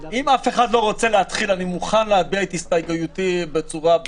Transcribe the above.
אם אף אחד לא רוצה להתחיל אני מוכן להביע את הסתייגותי בצורה ברורה.